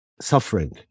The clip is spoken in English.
suffering